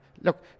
look